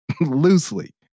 Loosely